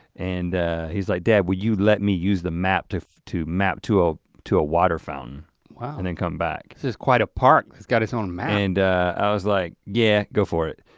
and he's like, dad, will you let me use the map to to map to ah to a water fountain and then come back? this is quite a park, it's got its own map. and i was like, yeah, go for it.